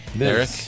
Eric